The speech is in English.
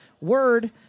word